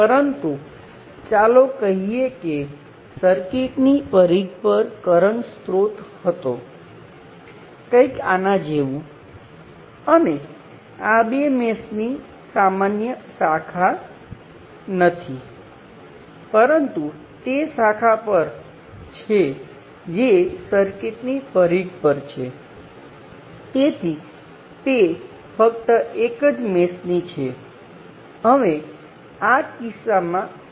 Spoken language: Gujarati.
તેથી હું ફક્ત એટલું જ કહીશ કે સમાન વોલ્ટેજવાળા બે નોડ પછી ભલે તે સંદર્ભ હોય તો પણ દેખીતી રીતે સમાન સંદર્ભમાં બંને વોલ્ટેજને એકબીજાં સાથે લઈ શકાય છે એટલે કે તમે વાયર લઈ શકો અને સર્કિટમાં વોલ્ટેજ અને કરંટમાં ફેરફાર કર્યા વિના આ બે નોડને ટૂંકાવી શકો છો મેં અહીં ઉદાહરણ સાથે દર્શાવ્યું છે